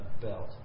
belt